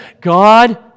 God